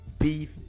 Beef